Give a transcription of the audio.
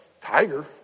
tiger